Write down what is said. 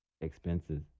expenses